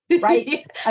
right